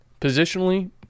positionally